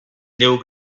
néo